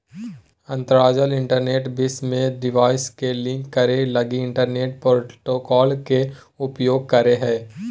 अंतरजाल इंटरनेट विश्व में डिवाइस के लिंक करे लगी इंटरनेट प्रोटोकॉल के उपयोग करो हइ